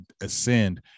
ascend